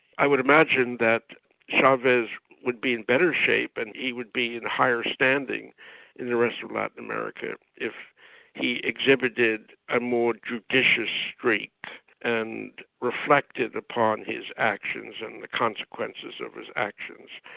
i would imagine that chavez would be in better shape, and would be in higher standing in the rest of latin america, if he exhibited a more judicious streak and reflected upon his actions and the consequences of his actions.